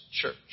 Church